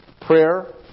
prayer